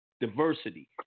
diversity